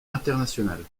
international